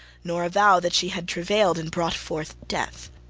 nor avow that she had travailed and brought forth death.